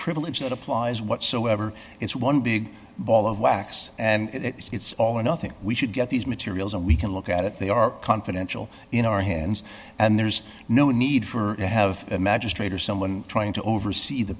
privilege that applies whatsoever it's one big ball of wax and it's all or nothing we should get these materials and we can look at it they are confidential in our hands and there's no need for to have a magistrate or someone trying to oversee the